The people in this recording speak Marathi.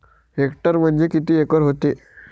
हेक्टर म्हणजे किती एकर व्हते?